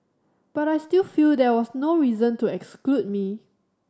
but I still feel there was no reason to exclude me